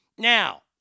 Now